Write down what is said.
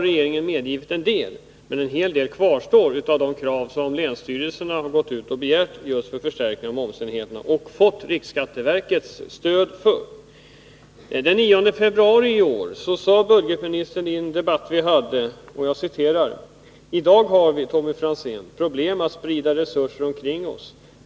Regeringen har gått med på en del av dem, men en hel del av de krav som länsstyrelserna ställt på förstärkning av momsenheterna och fått riksskatteverkets stöd för kvarstår. Den 9 februari i år sade budgetministern i en debatt vi hade: ”I dag har vi, Tommy Franzén, problem att sprida resurser omkring oss.